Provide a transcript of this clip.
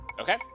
Okay